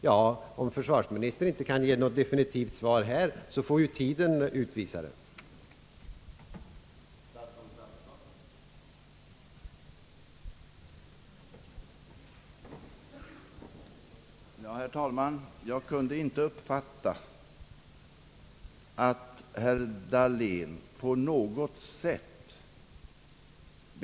Och om försvarsministern inte nu kan ge ett definitivt svar härom, så får ju framtiden utvisa hur det blir.